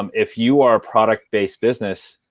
um if you are a product-based business,